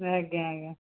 ଆଜ୍ଞା ଆଜ୍ଞା